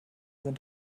sind